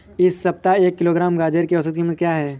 इस सप्ताह एक किलोग्राम गाजर की औसत कीमत क्या है?